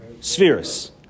spheres